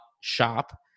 shop